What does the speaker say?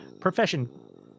Profession